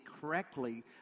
correctly